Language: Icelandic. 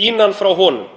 Línan frá honum